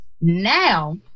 Now